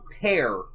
pair